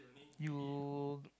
you